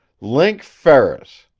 link ferris!